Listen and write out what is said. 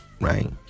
right